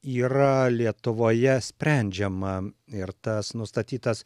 yra lietuvoje sprendžiama ir tas nustatytas